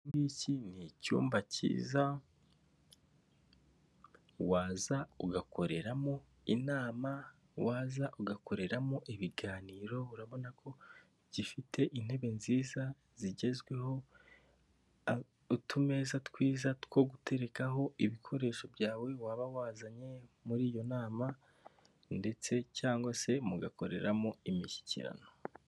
Muri iki ni icyumba cyiza waza ugakoreramo inama, waza ugakoreramo ibiganiro urabona ko gifite intebe nziza zigezweho, utumeza twiza two guterekaho ibikoresho byawe waba wazanye muri iyo nama ndetse cyangwa se mugakoreramo imishyikirano.